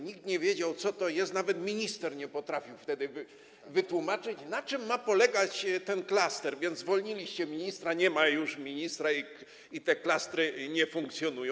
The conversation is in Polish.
Nikt nie wiedział, co to jest, nawet minister nie potrafił wtedy wytłumaczyć, na czym ma polegać ten klaster, więc zwolniliście ministra, nie ma już ministra i te klastry nie funkcjonują.